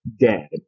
dead